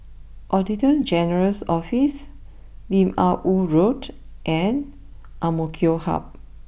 Auditor General's Office Lim Ah Woo Road and Amok Hub